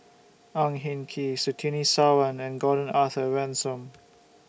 Ang Hin Kee Surtini Sarwan and Gordon Arthur Ransome